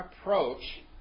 approach